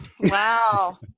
Wow